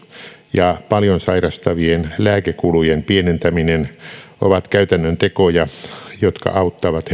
ja paljon sairastavien lääkekulujen pienentäminen ovat käytännön tekoja jotka auttavat